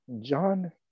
John